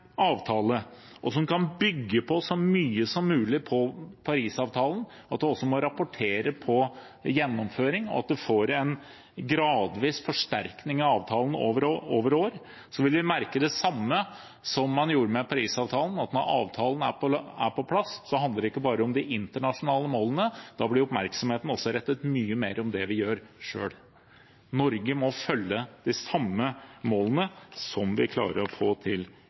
avtale som kan bygge så mye som mulig på Parisavtalen – at en også må rapportere på gjennomføringen, og at en får en gradvis forsterkning av avtalen over år – vil vi merke det samme som man gjorde med Parisavtalen: Når avtalen er på plass, handler det ikke bare om de internasjonale målene, da blir oppmerksomheten også rettet mye mer inn mot det vi gjør selv. Norge må følge de samme målene som vi klarer å få til